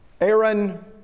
Aaron